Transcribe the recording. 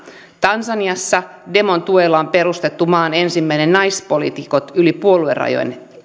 tansaniassa demon tuella on perustettu maan ensimmäinen naispoliitikot yli puoluerajojen